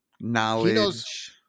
Knowledge